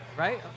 Right